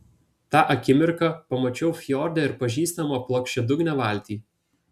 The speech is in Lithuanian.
tą akimirką pamačiau fjorde ir pažįstamą plokščiadugnę valtį